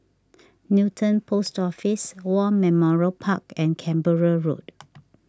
Newton Post Office War Memorial Park and Canberra Road